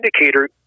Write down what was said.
indicator